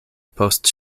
post